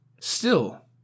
Still